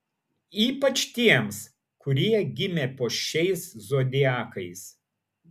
ypač tiems kurie gimė po šiais zodiakais